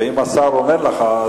ואם השר אומר לך,